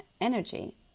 energy